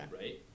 Right